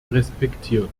respektiert